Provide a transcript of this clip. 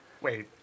Wait